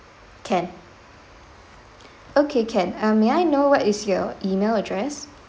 can okay can uh may I know what is your email address